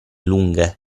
lunghe